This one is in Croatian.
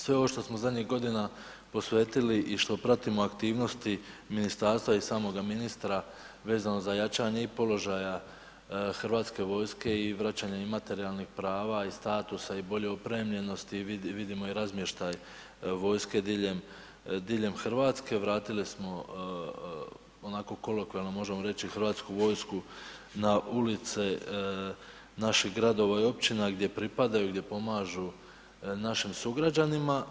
Sve ovo što smo zadnjih godina posvetili i što pratimo aktivnosti ministarstva i samoga ministra vezano za jačanje i položaja Hrvatske vojske i vraćanje materijalnih prava i statusa i bolje opremljenosti i vidimo razmještaj vojske diljem Hrvatske, vratili smo onako kolokvijalno rečeno, Hrvatsku vojsku na ulice naših gradova i općina gdje pripadaju, gdje pomažu našim sugrađanima.